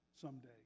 someday